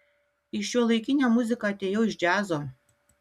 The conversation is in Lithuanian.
į šiuolaikinę muziką atėjau iš džiazo